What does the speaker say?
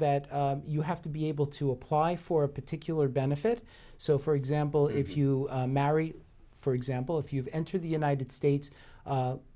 that you have to be able to apply for a particular benefit so for example if you marry for example if you've entered the united states